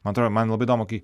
man atrodo man labai įdomu kai